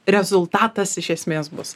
rezultatas iš esmės bus